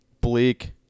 bleak